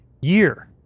year